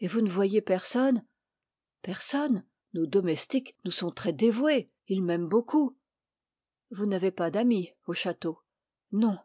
et vous ne voyez personne personne nos domestiques nous sont très dévoués ils m'aiment beaucoup vous n'avez pas d'amis au château non